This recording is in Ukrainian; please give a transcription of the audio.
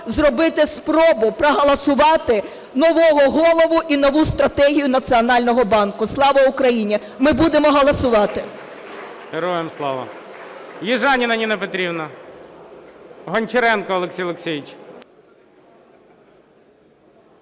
зробити спробу проголосувати нового голову і нову стратегію Національного банку. Слава Україні! Ми будемо голосувати. ГОЛОВУЮЧИЙ. Героям слава! Южаніна Ніна Петрівна. Гончаренко Олексій Олексійович.